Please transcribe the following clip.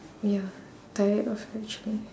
ya tired of actually